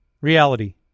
reality